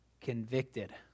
convicted